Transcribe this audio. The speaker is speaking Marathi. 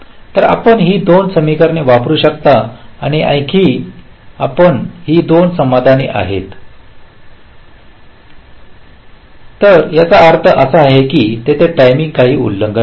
तर आपण ही 2 समीकरणे वापरू शकता आणि एक आपण ही 2 समाधानी आहेत की नाही ते तपासू शकता नाही तर याचा अर्थ असा आहे की तिथे टायमिंग काही उल्लंघन आहे